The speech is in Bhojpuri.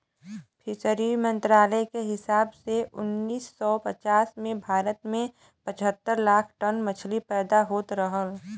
फिशरी मंत्रालय के हिसाब से उन्नीस सौ पचास में भारत में पचहत्तर लाख टन मछली पैदा होत रहल